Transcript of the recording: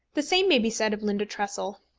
the same may be said of linda tressel.